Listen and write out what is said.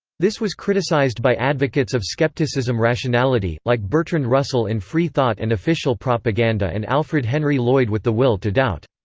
this was criticized by advocates of skepticism rationality, like bertrand russell in free thought and official propaganda and alfred henry lloyd with the will to doubt.